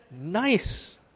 Nice